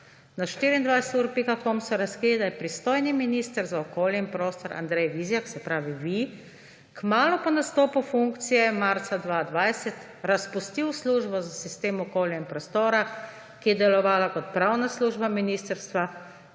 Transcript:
Na 24ur.com so razkrili, da je pristojni minister za okolje in prostor Andrej Vizjak, se pravi vi, kmalu po nastopu funkcije marca 2020 razpustil službo za sistem okolja in prostora, ki je delovala kot pravna služba ministrstva,